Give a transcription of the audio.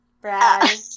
Brad